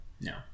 no